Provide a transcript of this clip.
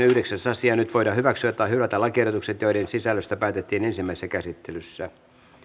yhdeksäs asia nyt voidaan hyväksyä tai hylätä lakiehdotukset joiden sisällöstä päätettiin ensimmäisessä käsittelyssä